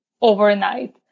overnight